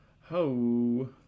ho